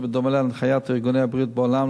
ובדומה להנחיות ארגוני הבריאות בעולם,